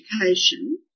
Education